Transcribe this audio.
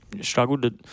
struggled